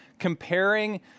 comparing